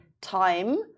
time